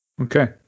okay